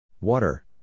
Water